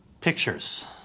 pictures